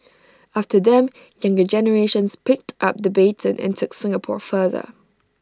after them younger generations picked up the baton and took Singapore further